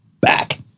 back